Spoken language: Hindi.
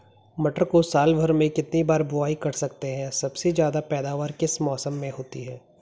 मटर को साल भर में कितनी बार बुआई कर सकते हैं सबसे ज़्यादा पैदावार किस मौसम में होती है?